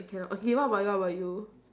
I cannot okay what about what about you